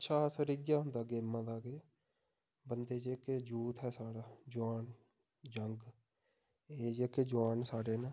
अच्छा असर इ'यै होंदा गेमा दा के बन्दे जेह्के यूथ ऐ साढ़ा जुआन यंग एह् जेह्के जागत जुआन साढ़े न